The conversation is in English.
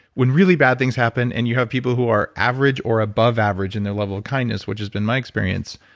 when really bad things happen and you have people who are average or above average in their level of kindness, which has been my experience,